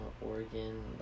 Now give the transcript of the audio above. Oregon